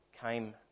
came